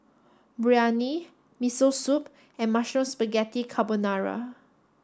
Biryani Miso Soup and Mushroom Spaghetti Carbonara